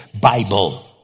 Bible